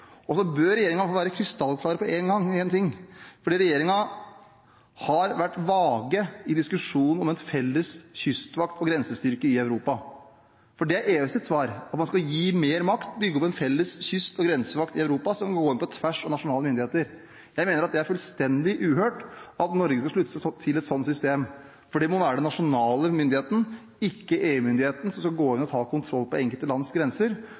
fungerer. Så bør regjeringen være krystallklar på én ting. Regjeringen har vært vag i diskusjonen om en felles kyst- og grensevakt i Europa. For det er EUs svar, at man skal avgi mer makt og bygge opp en felles kyst- og grensevakt i Europa, som kan gå inn på tvers av nasjonale myndigheter. Jeg mener at det er fullstendig uhørt at Norge skal slutte seg til et sånt system, for det må være den nasjonale myndigheten, ikke EU-myndigheten, som skal gå inn og ta kontroll på det enkelte lands grenser.